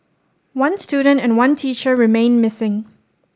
one student and one teacher remain missing